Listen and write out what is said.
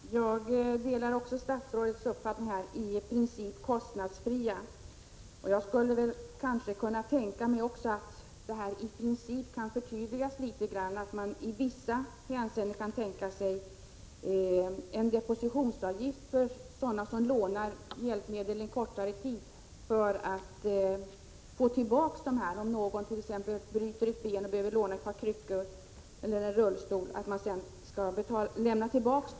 Herr talman! Jag delar också statsrådets uppfattning att hjälpmedel i princip skall vara kostnadsfria. Jag tror att detta skulle kunna förtydligas litet grand. I vissa sammanhang kunde man tänka sig att ta ut en depositionsavgift från dem som lånar hjälpmedel en kortare tid, för att vara säker på att få tillbaka hjälpmedlen. Om någon bryter ett ben och behöver låna ett par kryckor eller en rullstol, skall hjälpmedlet sedan lämnas tillbaka.